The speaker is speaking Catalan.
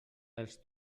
els